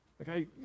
Okay